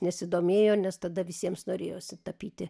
nesidomėjo nes tada visiems norėjosi tapyti